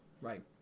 Right